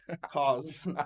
cause